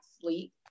sleep